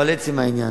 אבל לעצם העניין,